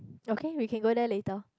okay we can go there later